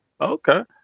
Okay